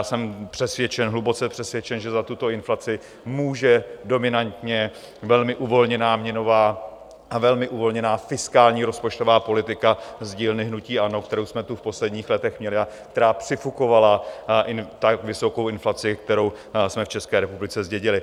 Jsem přesvědčen, hluboce přesvědčen, že za tuto inflaci může dominantně velmi uvolněná měnová a velmi uvolněná fiskální rozpočtová politika z dílny hnutí ANO, kterou jsme tu v posledních letech měli a která přifukovala i tak vysokou inflaci, kterou jsme v České republice zdědili.